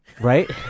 Right